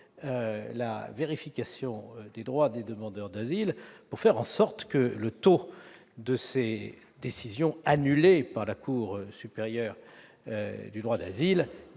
vérifier les droits des demandeurs d'asile pour faire en sorte que le taux des décisions annulées par la Cour nationale du droit d'asile